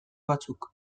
batzuk